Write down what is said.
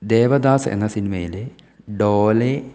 ദേവദാസ് എന്ന സിനിമയിലെ ഡോലെ